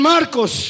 Marcos